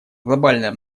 глобальная